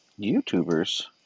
YouTubers